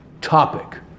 topic